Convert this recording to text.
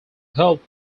helped